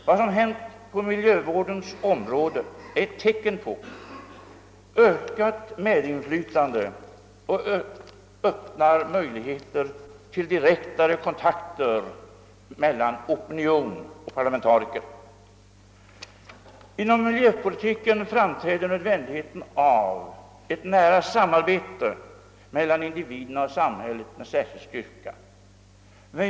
Vad som hänt på miljövårdens område är ett tecken på ökat medinflytande och öppnar möjligheter till mera direkta kontakter mellan opinion och parlamentariker. Inom miljöpolitiken framträder nödvändigheten av ett nära samarbete mellan individerna och samhället med särskild styrka.